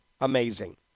amazing